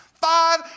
Five